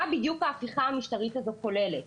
מה בדיוק ההפיכה המשטרית הזו כוללת.